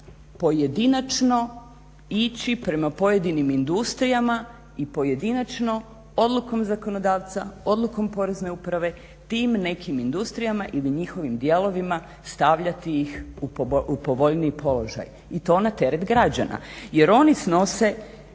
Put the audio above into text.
pojedinačno ići prema pojedinim industrijama i pojedinačno odlukom zakonodavca, odlukom porezne uprave, tim nekim industrijama ili njihovim dijelovima stavljati ih u povoljniji položaj. I to na teret građana. Jer oni snose